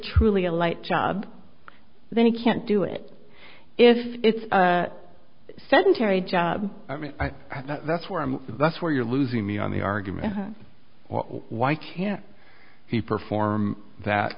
truly a light job then you can't do it if it's a sedentary job i mean that's what i'm that's where you're losing me on the argument why can't he perform that